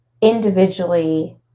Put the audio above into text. individually